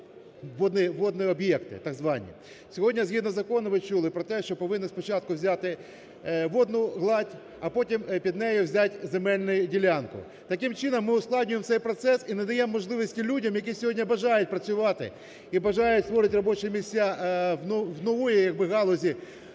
Сьогодні, згідно закону, ви чули про те, що повинен спочатку взяти водну гладь, а потім під нею взяти земельну ділянку. Таким чином ми ускладнюємо цей процес і не даємо можливості людям, які сьогодні бажають працювати і бажають створювати робочі місця в новій якби галузі